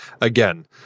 again